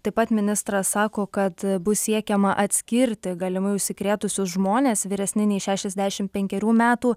taip pat ministras sako kad bus siekiama atskirti galimai užsikrėtusius žmones vyresni nei šešiasdešimt penkerių metų